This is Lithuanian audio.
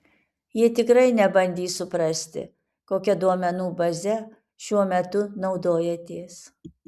jie tikrai nebandys suprasti kokia duomenų baze šiuo metu naudojatės